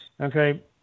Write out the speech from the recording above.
Okay